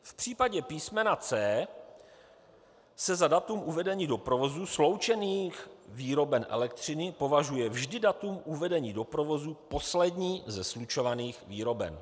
V případě písm. c) se za datum uvedení do provozu sloučených výroben elektřiny považuje vždy datum uvedení do provozu poslední ze slučovaných výroben.